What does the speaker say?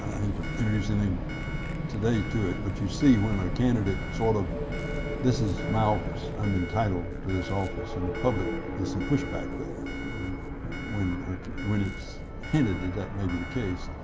hate to introduce anything today to it, but you see when a candidate sort of this is my office. i'm entitled to this office. and in the public there's some pushback there when when it's hinted that that may be the case.